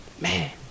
Man